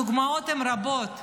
הדוגמאות רבות.